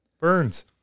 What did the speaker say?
Burns